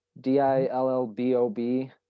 d-i-l-l-b-o-b